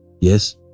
Yes